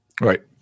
Right